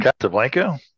Casablanca